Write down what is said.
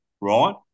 right